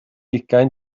ugain